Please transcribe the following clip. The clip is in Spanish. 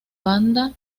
banda